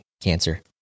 cancer